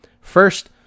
first